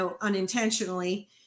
unintentionally